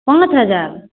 पाँच हजार